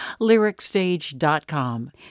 LyricStage.com